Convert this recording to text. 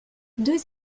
deux